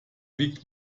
wiegt